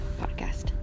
podcast